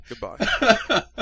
Goodbye